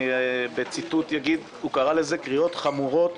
אני בציטוט אגיד שהוא קרא לזה: קריאות חמורות,